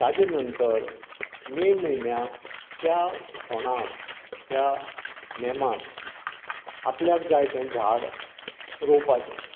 ताचे नंतर मे म्हयन्यांत त्या फोंडांत त्या नेमांत आपल्याक जाय तें झाड रोवपाचें